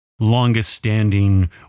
longest-standing